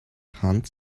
hunt